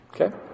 Okay